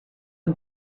who